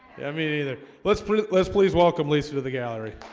yeah me neither let's let's please welcome lisa to the gallery